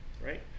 right